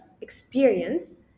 experience